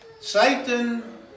Satan